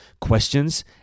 questions